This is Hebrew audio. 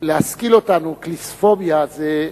להשכיל אותנו, "קליספוביה", זה,